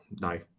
no